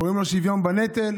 קוראים לו: שוויון בנטל.